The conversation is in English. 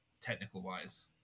technical-wise